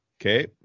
okay